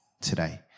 today